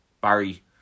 Barry